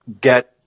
get